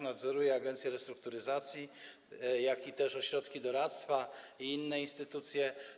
Nadzoruję agencję restrukturyzacji, jak również ośrodki doradztwa i inne instytucje.